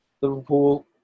Liverpool